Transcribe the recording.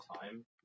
time